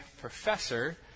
professor